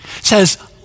says